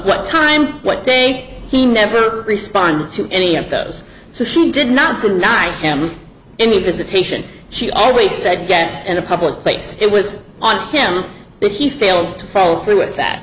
what time what day he never responded to any of those so she did not tonight him any visitation she always said get in a public place it was on him but he failed to follow through with that